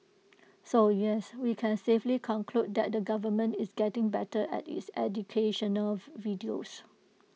so yes we can safely conclude that the government is getting better at its educational videos